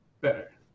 better